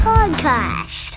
Podcast